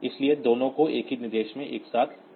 इसलिए दोनों को एक ही निर्देश में एक साथ लिया गया है